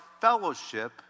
fellowship